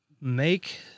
make